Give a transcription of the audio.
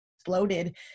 Exploded